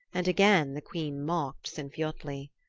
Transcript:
and again the queen mocked sinfiotli.